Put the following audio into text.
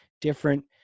different